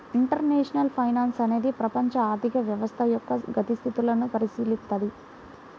international finance అనేది ప్రపంచ ఆర్థిక వ్యవస్థ యొక్క గతిశీలతను పరిశీలిత్తది